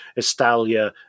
Estalia